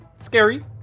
scary